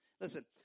Listen